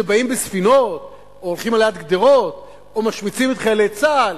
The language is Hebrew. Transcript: שבאים בספינות או הולכים ליד גדרות או משמיצים את חיילי צה"ל,